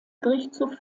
gerichtshof